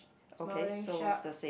smiling shark